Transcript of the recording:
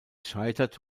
scheitert